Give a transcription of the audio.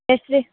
ಎಷ್ಟು ರೀ